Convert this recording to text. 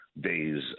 days